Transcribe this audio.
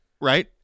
right